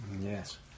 Yes